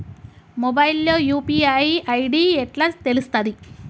Mobile లో UPI ID ఎట్లా తెలుస్తది?